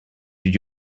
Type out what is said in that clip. did